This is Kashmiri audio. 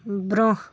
برٛونٛہہ